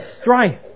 strife